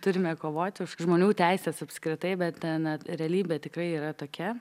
turime kovoti už žmonių teises apskritai bet na realybė tikrai yra tokia